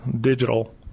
digital